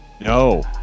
no